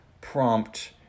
prompt